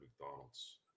McDonald's